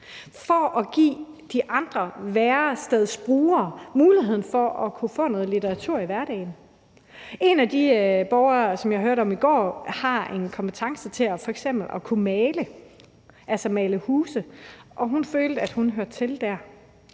for at give de andre værestedsbrugere muligheden for at kunne få noget litteratur i hverdagen. En af de borgere, som jeg hørte om i går, har en kompetence til f.eks. at kunne male, altså male huse, og hun følte, at hun hørte til der,